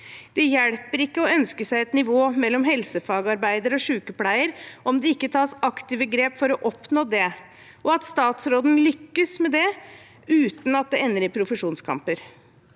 Det hjelper ikke å ønske seg et nivå mellom helsefagarbeider og sykepleier om det ikke tas aktive grep for å oppnå det – og at statsråden lykkes med det, uten at det ender i profesjonskamper.